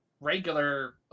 regular